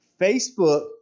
Facebook